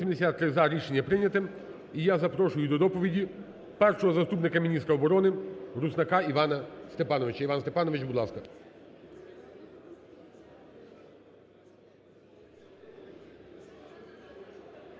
Іван Степанович, будь ласка.